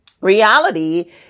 Reality